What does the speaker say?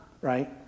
right